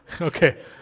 Okay